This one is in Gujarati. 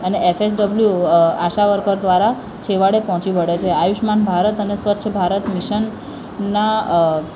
અને F H W ASHA worker દ્વારા છેવાડે પહોંચી વળે છે આયુષ્યમાન ભારત અને સ્વરછ ભારત મિશનના